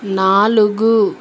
నాలుగు